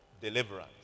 deliverance